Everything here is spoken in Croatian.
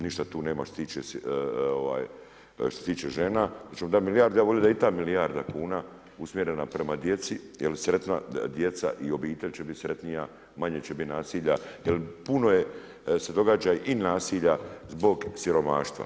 Ništa tu nema što se tiče žena, jer ćemo dati milijardu, ja bi volio da je i ta milijarda kuna, usmjerena prema djeci, jer je sretna djeca i obitelj će biti sretnija, manje će biti nasilja, jer puno se događa i nasilja zbog siromaštva.